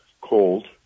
cold